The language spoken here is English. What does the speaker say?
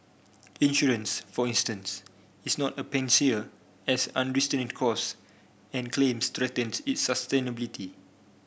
insurance for instance is not a panacea as unrestrained cost and claims threaten its sustainability